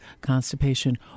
constipation